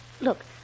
Look